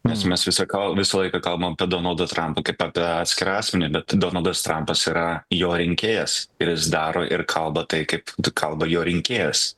nes mes visa ką visą laiką kalbam apie donaldą trampą kaip apie atskirą asmenį bet donaldas trampas yra jo rinkėjas ir jis daro ir kalba tai kaip kalba jo rinkėjas